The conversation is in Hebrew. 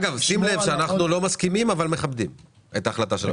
שים לב שאנחנו לא מסכימים אבל מכבדים את החלטת בג"ץ.